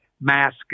mask